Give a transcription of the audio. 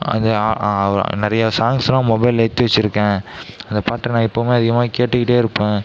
அது நிறையா சாங்ஸுலாம் மொபைலில் ஏற்றி வெச்சிருக்கேன் அந்த பாட்டை நான் எப்போதுமே அதிகமாக கேட்டுக்கிட்டே இருப்பேன்